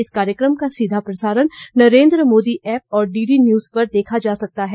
इस कार्यक्रम का सीधा प्रसारण नरेंद्र मोदी ऐप और डीडी न्यूज पर देखा जा सकता है